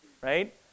right